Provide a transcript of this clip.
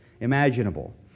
imaginable